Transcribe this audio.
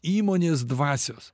įmonės dvasios